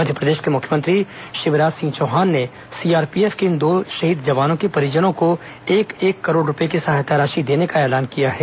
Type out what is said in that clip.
मध्यप्रदेश के मुख्यमंत्री शिवराज सिंह चौहान ने सीआरपीएफ के इन दो शहीद जवानों के परिजनों को एक एक करोड़ रूपये की सहायता राशि देने का ऐलान किया है